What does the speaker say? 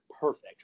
perfect